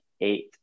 eight